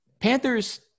Panthers